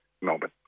Melbourne